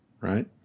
right